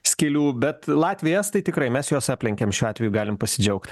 skylių bet latviai estai tikrai mes juos aplenkėm šiuo atveju galim pasidžiaugt